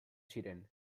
ziren